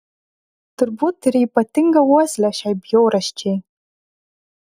turbūt turi ypatingą uoslę šiai bjaurasčiai